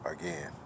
again